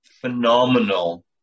phenomenal